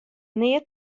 nea